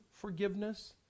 forgiveness